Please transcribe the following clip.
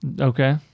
Okay